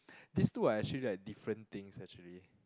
these two are actually like different things actually